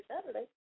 Saturday